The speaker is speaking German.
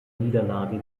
niederlage